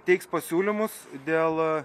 teiks pasiūlymus dėl